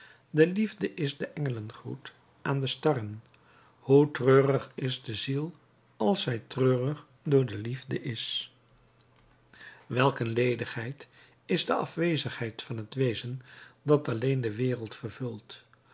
de liefde is de engelengroet aan de starren hoe treurig is de ziel als zij treurig door de liefde is welk een ledigheid is de afwezigheid van het wezen dat alleen de wereld vervult